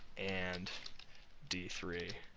and d three.